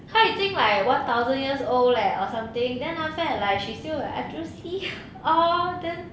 他已经 like one thousand years old leh or something then I felt like she still like orh then